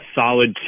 solid